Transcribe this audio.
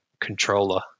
controller